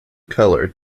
color